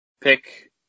pick